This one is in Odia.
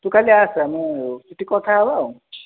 ତୁ କାଲି ଆସେ ମୁଁ ସେଇଠି କଥା ହେବା ଆଉ